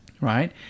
right